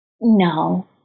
No